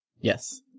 Yes